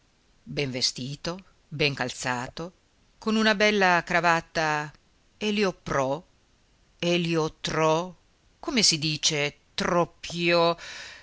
ben vestito ben calzato con una bella cravatta elioprò eliotrò come si dice tropio